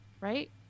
right